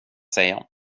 säga